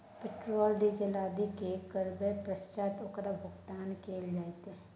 Petrol, diesel आदि क्रय करबैक पश्चात ओकर भुगतान केना कैल जेतै?